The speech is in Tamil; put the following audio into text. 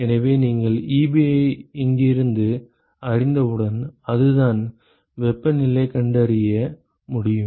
எனவே நீங்கள் Ebi இங்கிருந்து அறிந்தவுடன் அதுதான் வெப்பநிலையைக் கண்டறிய முடியும்